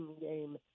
game